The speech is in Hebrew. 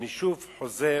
אני שוב חוזר